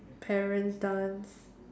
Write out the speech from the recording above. parents dance